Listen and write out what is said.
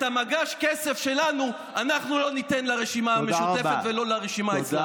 את מגש הכסף שלנו אנחנו לא ניתן לרשימה המשותפת ולא לרשימה האסלאמית.